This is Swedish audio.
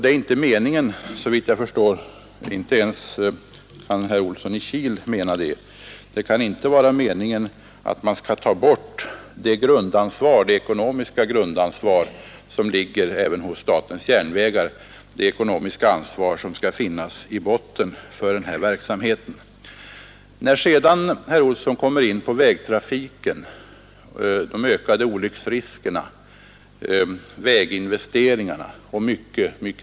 Det är såvitt jag förstår inte meningen — inte ens herr Olsson i Kil kan mena det — att man skall ta bort det ekonomiska ansvar som SJ har och som skall finnas i botten för dess verksamhet. Herr Olsson i Kil kom sedan in på frågan om vägtrafiken - de ökade olycksriskerna, väginvesteringarna och mycket annat.